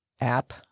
app